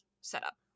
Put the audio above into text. setup